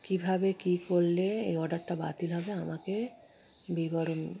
কীভাবে কী করলে এই অর্ডারটা বাতিল হবে আমাকে বিবরণ